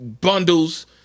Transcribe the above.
bundles